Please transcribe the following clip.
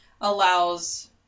allows